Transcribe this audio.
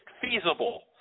feasible